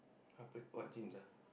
apa what jeans ah